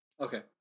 Okay